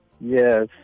Yes